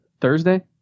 Thursday